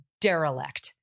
derelict